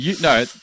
No